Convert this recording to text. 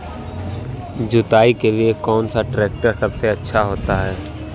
जुताई के लिए कौन सा ट्रैक्टर सबसे अच्छा होता है?